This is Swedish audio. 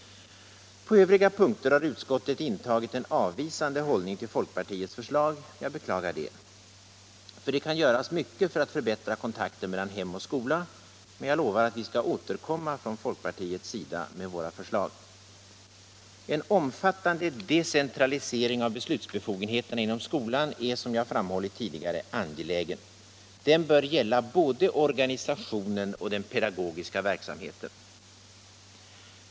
m.m. På övriga punkter har utskottet intagit en avvisande hållning till folkpartiets förslag. Jag beklagar det. För det kan göras mycket för att förbättra kontakten mellan hem och skola. Men jag lovar att vi från folkpartiets sida skall återkomma med våra förslag. En omfattande decentralisering av beslutsbefogenheterna inom skolan är, som jag framhållit tidigare, angelägen. Den bör gälla både organisationen och den pedagogiska verksamheten.